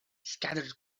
scattered